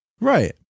Right